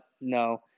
no